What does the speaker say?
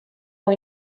ont